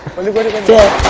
only one of the